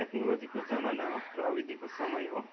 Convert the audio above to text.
टेक्नोलोजीको जमाना हो प्रविधिको समय हो